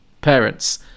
parents